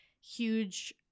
huge